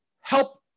help